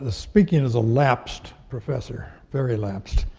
ah speaking as a lapsed professor, very lapsed,